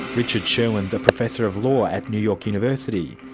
richard sherwin's a professor of law at new york university.